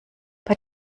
bei